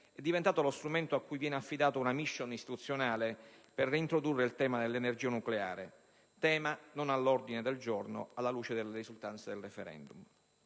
è diventato lo strumento cui viene affidata una *mission* istituzionale per reintrodurre il tema dell'energia nucleare, tema non all'ordine del giorno alla luce delle risultanze del *referendum*.